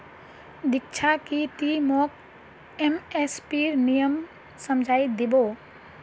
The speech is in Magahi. दीक्षा की ती मोक एम.एस.पीर नियम समझइ दी बो